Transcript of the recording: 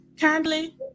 kindly